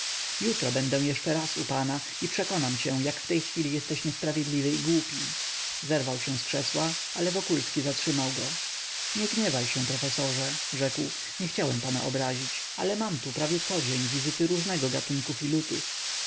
jutro będę jeszcze raz u pana i przekonam cię jak w tej chwili jesteś niesprawiedliwy i głupi zerwał się z krzesła ale wokulski zatrzymał go nie gniewaj się profesorze rzekł nie chciałem pana obrazić ale mam tu prawie codzień wizyty różnego gatunku filutów jutro